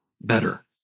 better